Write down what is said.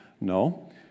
No